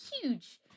huge